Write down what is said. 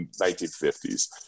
1950s